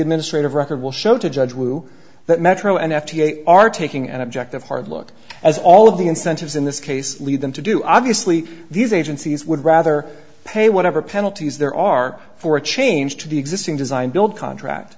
administrative record will show to judge who that metro and f d a are taking an objective hard look as all of the incentives in this case lead them to do obviously these agencies would rather pay whatever penalties there are for a change to the existing design build contract